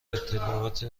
اطلاعات